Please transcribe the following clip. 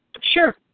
Sure